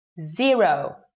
Zero